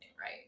right